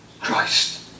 Christ